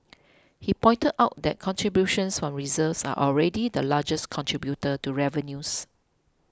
he pointed out that contributions from reserves are already the largest contributor to revenues